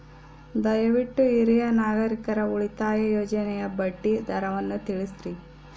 ದಯವಿಟ್ಟು ಹಿರಿಯ ನಾಗರಿಕರ ಉಳಿತಾಯ ಯೋಜನೆಯ ಬಡ್ಡಿ ದರವನ್ನು ತಿಳಿಸ್ರಿ